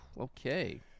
Okay